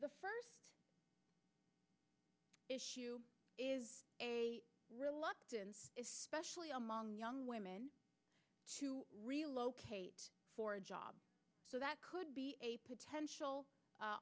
the first issue is a reluctance is specially among young women to relocate for a job so that could be a potential